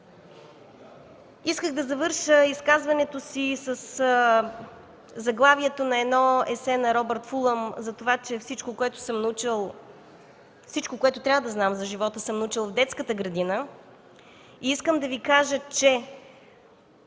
Исках да завърша изказването си със заглавието на едно есе на Робърт Фулъм за това, че „Всичко, което трябва да знам за живота, съм научил в детската градина“. Искам да Ви кажа, че